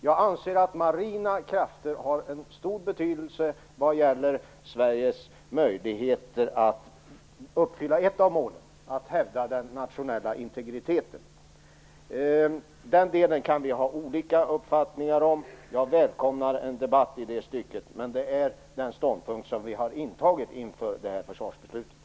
Jag anser att marina krafter har en stor betydelse för Sveriges möjligheter att uppfylla ett av målen, nämligen att hävda den nationella integriteten. Den delen kan vi ha olika uppfattningar om. Jag välkomnar en debatt i det stycket, men detta är den ståndpunkt som vi har intagit inför det här försvarsbeslutet.